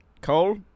Cole